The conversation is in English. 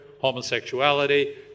Homosexuality